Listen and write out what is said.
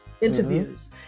Interviews